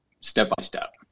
step-by-step